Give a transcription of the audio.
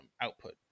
output